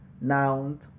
noun